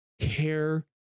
care